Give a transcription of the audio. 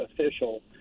official